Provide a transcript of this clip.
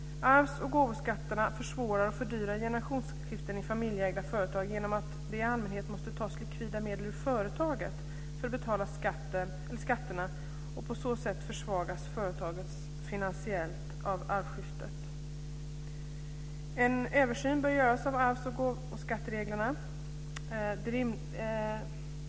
Arvsoch gåvoskatterna försvårar och fördyrar generationsskiften i familjeägda företag genom att det i allmänhet måste tas likvida medel ur företaget för att betala skatterna, och på så sätt försvagas företaget finansiellt av arvsskiftet. En översyn bör göras av arvs och gåvoskattereglerna.